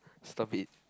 stop it